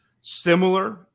similar